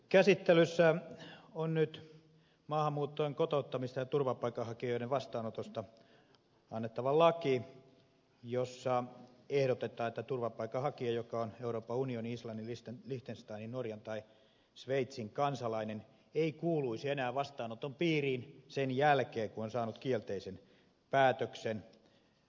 käsittelyssä on nyt maahanmuuttajien kotouttamisesta ja turvapaikanhakijoiden vastaanotosta annettava laki jossa ehdotetaan että turvapaikanhakija joka on euroopan unionin islannin lichtensteinin norjan tai sveitsin kansalainen ei kuuluisi enää vastaanoton piiriin sen jälkeen kun on saanut kielteisen päätöksen turvapaikkahakemukseensa